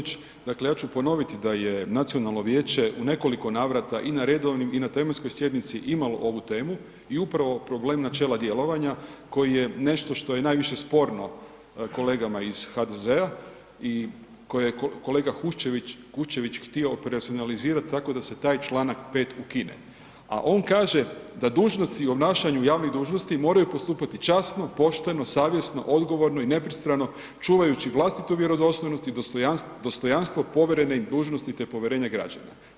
Hvala kolega Đujić, dakle ja ću ponoviti da je nacionalno vijeće u nekoliko navrata i na redovnim i na tematskoj sjednici imalo ovu temu i upravo problem načela djelovanja koji je nešto što je naviše sporno kolegama iz HDZ-a i koje kolega Kuščević htio operacionalizirati tako da se taj članak 5. ukine, a on kaže da dužnosnici u obnašanju javnih dužnosti moraju postupati časno, pošteno, savjesno, odgovorno i nepristrano čuvajući vlastitu vjerodostojnost i dostojanstvo povjerene im dužnosti te povjerenje građana.